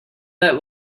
that